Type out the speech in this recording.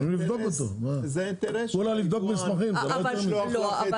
זה כולה לבדוק מסמכים, לא יותר מזה.